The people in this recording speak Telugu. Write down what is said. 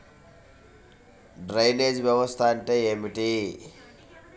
డ్రైనేజ్ వ్యవస్థ అంటే ఏమిటి?